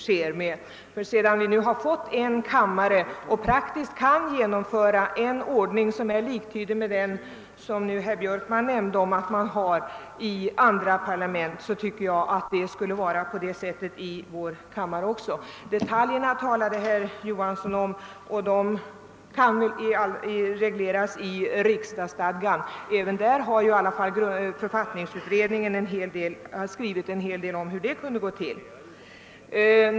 Sedan vi har fått en kammare och praktiskt kan genomföra en ordning som är liktydig med den herr Björkman nämnde att man har i andra parlament anser jag att det borde vara på det sättet också i vår riksdag. Detaljerna talade herr Johansson om; de kan regleras i riksdagsstadgan. Även därvidlag har författningsutredningen skrivit en hel del om hur det skall gå till.